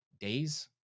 days